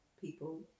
people